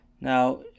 Now